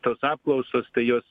tos apklausos tai jos